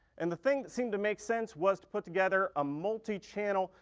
and the thing that seemed to make sense was to put together a multichannel,